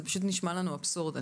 זה פשוט נשמע לנו אבסורד.